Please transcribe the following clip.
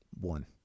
one